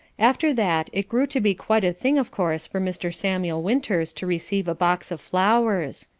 after that it grew to be quite a thing of course for mr. samuel winters to receive a box of flowers.